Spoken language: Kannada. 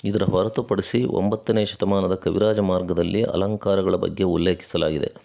ಇದರ ಹೊರತುಪಡಿಸಿ ಒಂಬತ್ತನೇ ಶತಮಾನದ ಕವಿರಾಜ ಮಾರ್ಗದಲ್ಲಿ ಅಲಂಕಾರಗಳ ಬಗ್ಗೆ ಉಲ್ಲೇಖಿಸಲಾಗಿದೆ